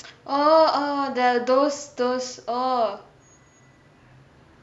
oh oh the those those oh